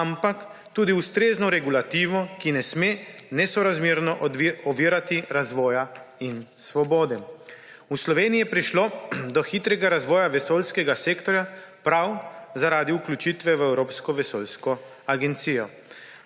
ampak tudi ustrezno regulativo, ki ne sme nesorazmerno ovirati razvoja in svobode. V Sloveniji je prišlo do hitrega razvoja vesoljskega sektorja prav zaradi vključitve v Evropsko vesoljsko agencijo.